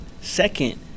Second